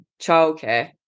childcare